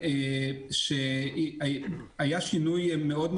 אותה שוטרת נחמדה שאמרה לי שהיא לא מכירה את